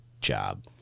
job